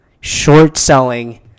short-selling